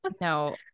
No